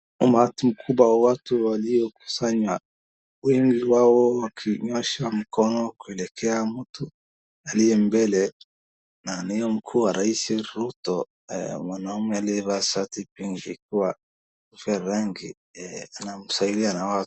Umati mkubwa wa watu waliokusanywa wengi wao wakinyoosha mkono kuelekea mtu aliyembele na ni mkuu wa rais Ruto mwanaume aliyevaa shati pinki kwa rangi anamsalimia.